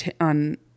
on